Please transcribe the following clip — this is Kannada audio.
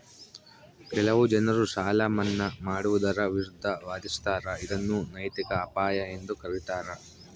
ಕೆಲವು ಜನರು ಸಾಲ ಮನ್ನಾ ಮಾಡುವುದರ ವಿರುದ್ಧ ವಾದಿಸ್ತರ ಇದನ್ನು ನೈತಿಕ ಅಪಾಯ ಎಂದು ಕರೀತಾರ